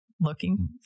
looking